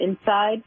inside